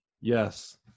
Yes